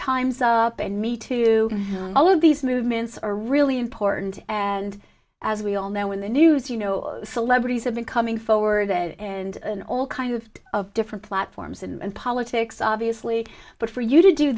time's up and me to all of these movements are really important and as we all know when the news you know celebrities have been coming forward and in all kinds of different platforms and politics obviously but for you to do